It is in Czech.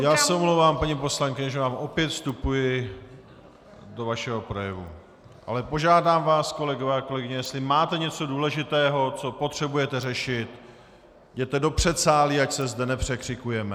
Já se omlouvám, paní poslankyně, že vám opět vstupuji do vašeho projevu, ale požádám vás, kolegové a kolegyně, jestli máte něco důležitého, co potřebujete řešit, jděte do předsálí, ať se zde nepřekřikujeme.